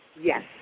Yes